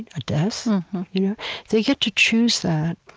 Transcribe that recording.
and a death you know they get to choose that,